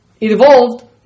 evolved